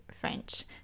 French